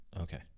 Okay